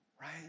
right